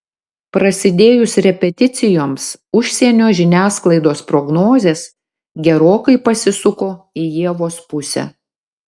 prasidėjus repeticijoms užsienio žiniasklaidos prognozės gerokai pasisuko į ievos pusę